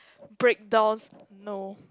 breakdowns no